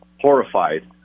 horrified